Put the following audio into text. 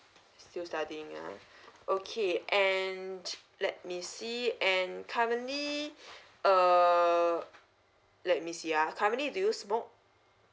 still studying ah okay and let me see and currently uh let me see ah currently do you smoke